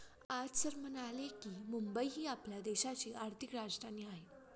आज सर म्हणाले की, मुंबई ही आपल्या देशाची आर्थिक राजधानी आहे